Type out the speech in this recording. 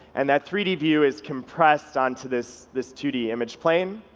and that three d view is compressed onto this this two d image plane,